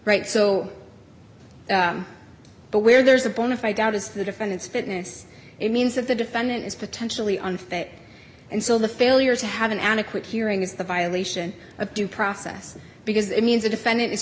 right so but where there's a bonafide doubt is the defendant's fitness it means that the defendant is potentially unfit and so the failure to have an adequate hearing is the violation of due process because it means a defendant is